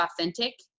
authentic